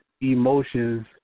emotions